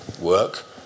work